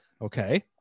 okay